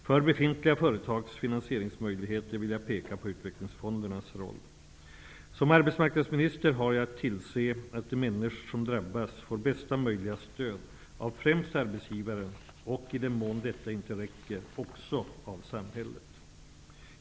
För befintliga företags finansieringsmöjligheter vill jag peka på utvecklingsfondernas roll. Som arbetsmarknadsminister har jag att tillse att de människor som drabbas får bästa möjliga stöd av främst arbetsgivaren och i den mån detta inte räcker också av samhället.